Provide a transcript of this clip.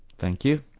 thank you.